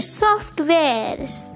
softwares